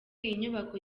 inyubako